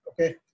Okay